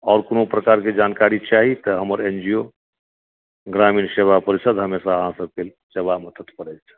आओर कोनो प्रकारके जानकारी चाही तऽ हमर एन जी ओ ग्रामीण सेवा परिषद् हमेशा अहाँ सभकेँ सेवामे तत्पर अछि